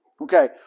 Okay